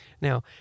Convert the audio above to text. Now